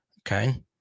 Okay